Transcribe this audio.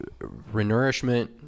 renourishment